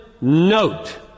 note